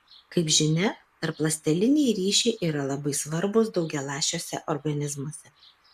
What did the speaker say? kaip žinia tarpląsteliniai ryšiai yra labai svarbūs daugialąsčiuose organizmuose